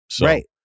Right